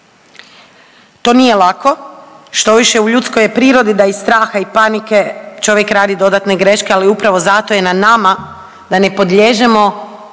To nije lako. Štoviše u ljudskoj je prirodi da iz straha i panike čovjek radi dodatne greške. Ali upravo zato je na nama da ne podliježemo